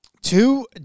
Two